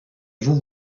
vous